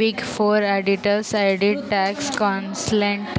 big four auditors audit, tax, consultant,